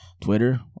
Twitter